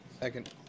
Second